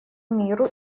миру